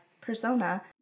persona